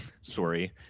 sorry